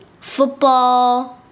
football